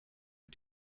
are